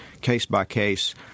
case-by-case